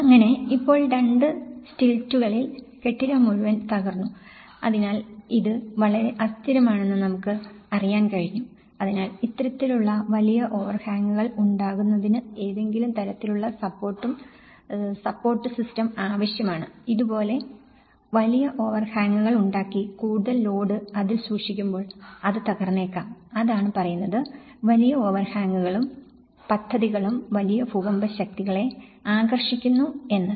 അങ്ങനെ ഇപ്പോൾ രണ്ട് സ്റ്റിൽറ്റുകളിൽ കെട്ടിടം മുഴുവൻ തകർന്നു അതിനാൽ ഇത് വളരെ അസ്ഥിരമാണെന്ന് നമുക്ക് അറിയാൻ കഴിഞ്ഞു അതിനാൽ ഇത്തരത്തിലുള്ള വലിയ ഓവർഹാംഗുകൾ ഉണ്ടാകുന്നതിന് ഏതെങ്കിലും തരത്തിലുള്ള സപ്പോർട്ട് സിസ്റ്റം ആവശ്യമാണ് ഇതുപോലെ വലിയ ഓവർഹാംഗുകൾ ഉണ്ടാക്കി കൂടുതൽ ലോഡ് അതിൽ സൂക്ഷിക്കുമ്പോൾ അത് തകർന്നേക്കാം അതാണ് പറയുന്നത് വലിയ ഓവർഹാംഗുകളും പദ്ധതികളും വലിയ ഭൂകമ്പ ശക്തികളെ ആകർഷിക്കുന്നു എന്നത്